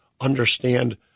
understand